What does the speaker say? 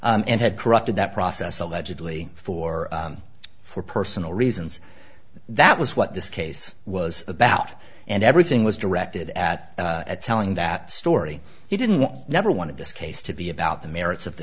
group and had corrupted that process allegedly for for personal reasons that was what this case was about and everything was directed at telling that story he didn't never wanted this case to be about the merits of the